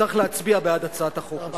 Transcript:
צריך להצביע בעד הצעת החוק הזאת.